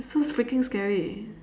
it's so freaking scary